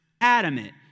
adamant